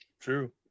true